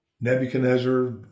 Nebuchadnezzar